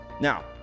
now